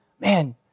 Man